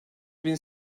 bin